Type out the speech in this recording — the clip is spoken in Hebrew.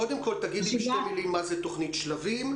קודם כל, תגידי בשתי מילים מה זה תוכנית "שלבים"?